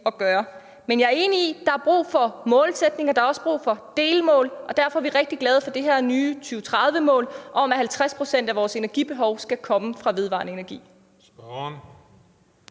at gøre. Men jeg er enig i, at der er brug for målsætninger, der er også brug for delmål, og derfor er vi rigtig glade for det her nye 2030-mål om, at 50 pct. af vores energibehov skal komme fra vedvarende energi.